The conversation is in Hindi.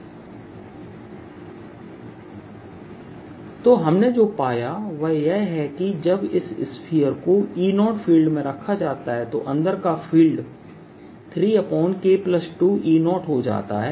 EnetE0 P30 Pe0Enet EnetE0 e3Enet Enet3E03e3K2E0 When K1 EnetE0 तो हमने जो पाया है वह यह है कि जब इस स्फीयर को E0फील्ड मैं रखा जाता है तो अंदर का फील्ड 3K2E0हो जाता है